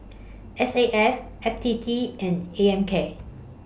S A F F T T and A M K